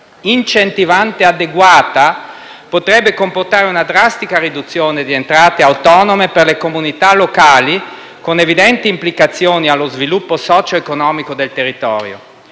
incentivante adeguata potrebbe comportare una drastica riduzione di entrate autonome per le comunità locali, con evidenti implicazioni per lo sviluppo socioeconomico del territorio.